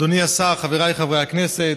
אדוני השר, חבריי חברי הכנסת,